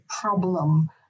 problem